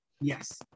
Yes